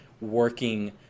working